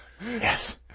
Yes